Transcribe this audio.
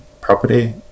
property